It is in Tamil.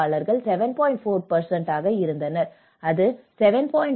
4 ஆக இருந்தனர் அது 7